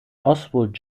oswald